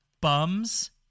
bums